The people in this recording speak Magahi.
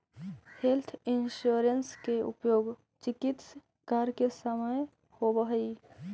हेल्थ इंश्योरेंस के उपयोग चिकित्स कार्य के समय होवऽ हई